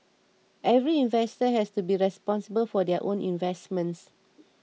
every investor has to be responsible for their own investments